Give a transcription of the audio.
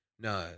No